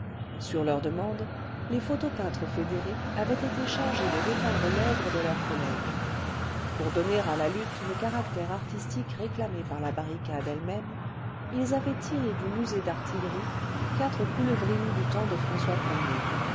sur leur demande les photo peintres fédérés avaient été chargés de défendre l'oeuvre de leur collègue pour donner à la lutte le caractère artistique réclamé par la barricade elle-même ils avaient tiré du musée d'artillerie quatre conleuvrines du temps de françois